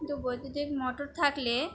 কিন্তু বৈদ্যুতিক মোটর থাকলে